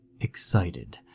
excited